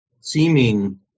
seeming